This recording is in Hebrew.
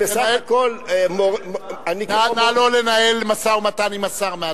נא לא לנהל משא-ומתן עם השר מהדוכן.